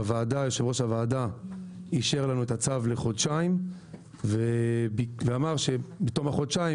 יושב-ראש הוועדה אישר לנו את הצו לחודשיים ואמר שבתום החודשיים,